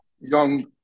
young